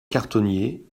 cartonnier